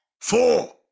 four